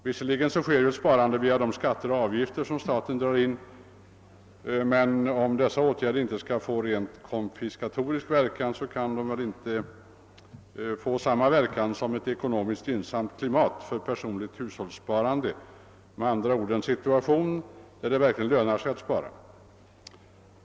Visserligen sker ett sparande via de skatter och avgifter som staten tar in, men om dessa åtgärder inte skall få en rent konfiskatorisk verkan kan de inte få samma innebörd som ett ekonomiskt gynnsamt klimat för personligt hushållssparande, med andra ord en situation där det verkligen lönar sig att spara.